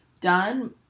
done